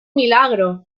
milagro